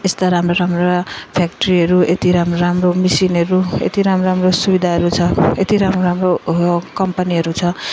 यस्ता राम्रा राम्रा फ्याक्ट्रीहरू यति राम्रो राम्रो मेसिनहरू यति राम्रो राम्रो सुविधाहरू छ यति राम्रो राम्रो कम्पनीहरू छ कि